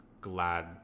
glad